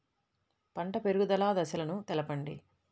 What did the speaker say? పంట పెరుగుదల దశలను తెలపండి?